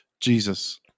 Jesus